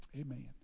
Amen